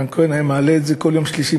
רן כהן היה מעלה את זה כל יום שלישי,